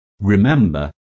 Remember